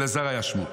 ואלעזר היה שמו.